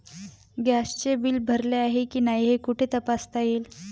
गॅसचे बिल भरले आहे की नाही हे कुठे तपासता येईल?